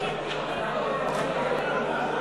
ההצעה להסיר מסדר-היום את הצעת חוק-יסוד: